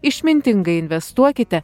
išmintingai investuokite